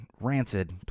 Rancid